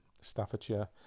Staffordshire